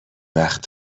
وقت